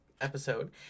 episode